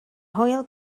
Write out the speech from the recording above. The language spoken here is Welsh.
hwyl